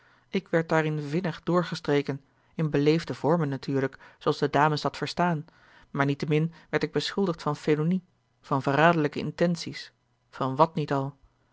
ik werd daarin vinnig doorgestreken in beleefde vormen natuurlijk zooals de dames dat verstaan maar niettemin werd ik beschuldigd van félonie van verraderlijke intenties van wat niet al